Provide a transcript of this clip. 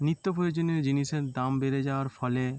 নিত্য প্রয়োজনীয় জিনিসের দাম বেড়ে যাওয়ার ফলে